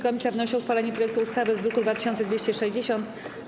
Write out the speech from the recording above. Komisja wnosi o uchwalenie projektu ustawy z druku nr 2260.